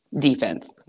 Defense